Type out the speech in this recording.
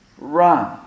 run